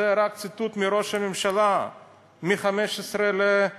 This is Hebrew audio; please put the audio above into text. זה רק ציטוט מדברי ראש הממשלה ב-15 באפריל.